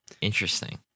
interesting